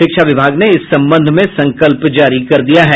शिक्षा विभाग ने इस संबंध में संकल्प जारी कर दिया है